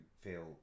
feel